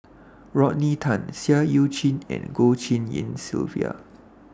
Rodney Tan Seah EU Chin and Goh Tshin En Sylvia